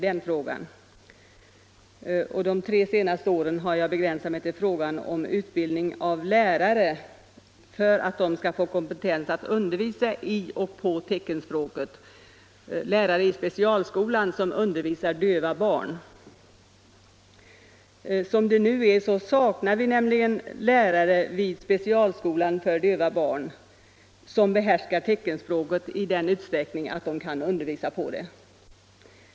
De senaste åren har jag begränsat mig till frågan om utbildning av lärare för specialskolor som undervisar döva barn för att dessa lärare skall få kompetens att undervisa i och på teckenspråket. Som det nu är saknar vi nämligen vid specialskolan för döva barn lärare som behärskar teckenspråket i sådan utsträckning att de kan undervisa på det.